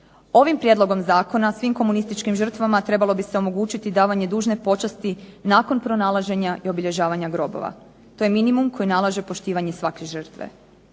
Ovim prijedlogom zakona svim komunističkim žrtvama trebalo bi se omogućiti davanje dužne počasti nakon pronalaženja i obilježavanja grobova. To je minimum koji nalaže svake žrtve.